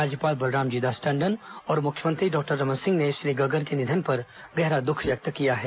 राज्यपाल बलरामजी दास टंडन और मुख्यमंत्री डॉक्टर रमन सिंह ने श्री गगन के निधन पर गहरा दुख व्यक्त किया है